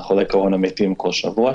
חולי קורונה מתים כל שבוע.